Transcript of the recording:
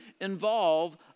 involve